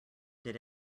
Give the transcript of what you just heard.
did